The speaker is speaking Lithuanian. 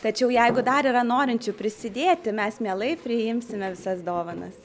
tačiau jeigu dar yra norinčių prisidėti mes mielai priimsime visas dovanas